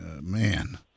man